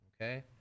Okay